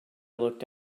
looked